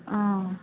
अँ